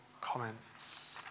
comments